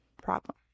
problem